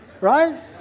right